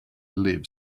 live